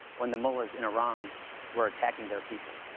when the mullahs in iran were attacking their people.